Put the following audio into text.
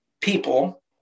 people